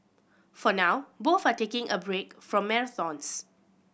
for now both are taking a break from marathons